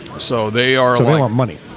so they are alone um money.